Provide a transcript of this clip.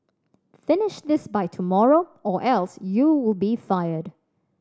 finish this by tomorrow or else you would be fired